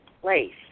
place